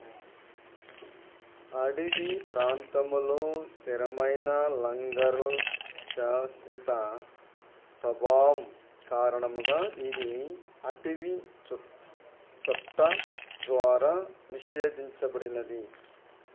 అడవి ప్రాంతములో స్థిరమైన లంగర్ల శాశ్వత ప్రభావం కారణముగా ఇది అటవీ చుట్ చట్టం ద్వారా నిషేధించబడినది